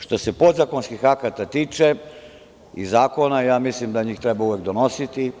Što se podzakonskih akata tiče i zakona, mislim da njih treba uvek donositi,